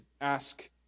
ask